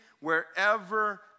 wherever